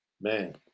Man